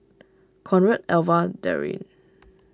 Conrad Alva Darrin